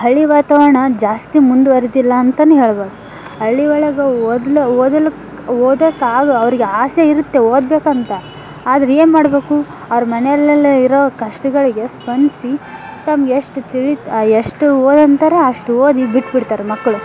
ಹಳ್ಳಿ ವಾತಾವರಣ ಜಾಸ್ತಿ ಮುಂದುವರೆದಿಲ್ಲ ಅಂತಲೇ ಹೇಳ್ಬೋದು ಹಳ್ಳಿ ಒಳಗೆ ಓದಲು ಓದಲಿಕ್ ಓದಕ್ಕಾಗಿ ಅವ್ರಿಗೆ ಆಸೆ ಇರುತ್ತೆ ಓದಬೇಕಂತ ಆದರೆ ಏನು ಮಾಡಬೇಕು ಅವ್ರ ಮನೆಯಲ್ಲೆ ಇರೋ ಕಷ್ಟಗಳಿಗೆ ಸ್ಪಂದಿಸಿ ತಮ್ಗೆ ಎಷ್ಟು ತಿಳೀತು ಎಷ್ಟು ಓದಿ ಅಂತಾರೆ ಅಷ್ಟು ಓದಿ ಬಿಟ್ಬಿಡ್ತಾರೆ ಮಕ್ಕಳು